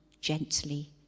gently